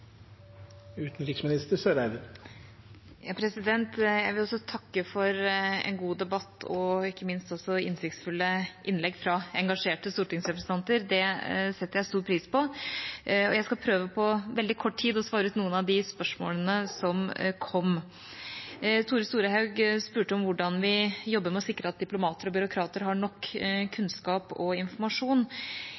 Jeg vil også takke for en god debatt og ikke minst også for innsiktsfulle innlegg fra engasjerte stortingsrepresentanter, det setter jeg stor pris på. Jeg skal på veldig kort tid prøve å svare på noen av de spørsmålene som kom. Tore Storehaug spurte om hvordan vi jobber med å sikre at diplomater og byråkrater har nok